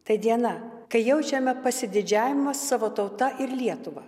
tai diena kai jaučiame pasididžiavimą savo tauta ir lietuva